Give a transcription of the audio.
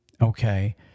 Okay